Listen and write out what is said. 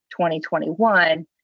2021